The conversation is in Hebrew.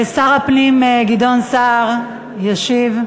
שר הפנים גדעון סער ישיב.